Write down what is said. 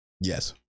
Yes